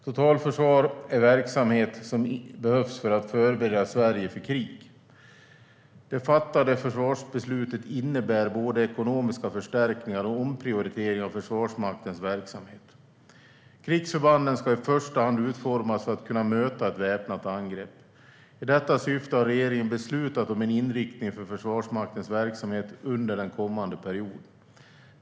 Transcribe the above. Totalförsvar är verksamhet som behövs för att förbereda Sverige för krig. Det fattade försvarsbeslutet innebär både ekonomiska förstärkningar och en omprioritering av Försvarsmaktens verksamhet. Krigsförbanden ska i första hand utformas för att kunna möta ett väpnat angrepp. I detta syfte har regeringen beslutat om en inriktning för Försvarsmaktens verksamhet under den kommande perioden.